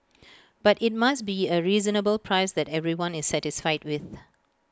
but IT must be A reasonable price that everyone is satisfied with